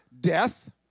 death